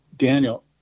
Daniel